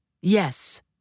Yes